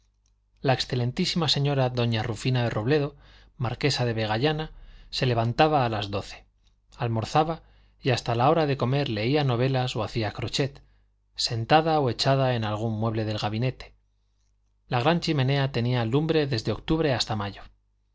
la excelentísima señora doña rufina de robledo marquesa de vegallana se levantaba a las doce almorzaba y hasta la hora de comer leía novelas o hacía crochet sentada o echada en algún mueble del gabinete la gran chimenea tenía lumbre desde octubre hasta mayo